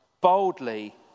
boldly